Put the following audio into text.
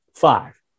five